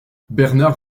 bernard